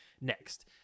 next